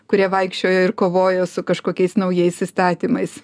kurie vaikščiojo ir kovojo su kažkokiais naujais įstatymais